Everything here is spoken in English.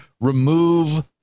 remove